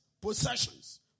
possessions